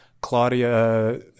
Claudia